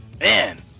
Man